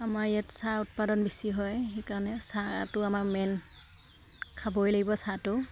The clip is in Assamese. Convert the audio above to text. আমাৰ ইয়াত চাহ উৎপাদন বেছি হয় সেইকাৰণে চাহটো আমাৰ মেইন খাবই লাগিব চাহটো